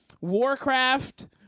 Warcraft